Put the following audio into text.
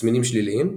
תסמינים שליליים,